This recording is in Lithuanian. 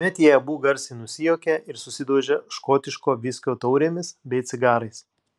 tuomet jie abu garsiai nusijuokia ir susidaužia škotiško viskio taurėmis bei cigarais